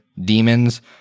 demons